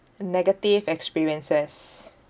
negative experiences